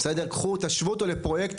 תשוו אותו לפרויקט